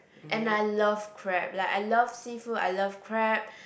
and I love crab like I love seafood I love crab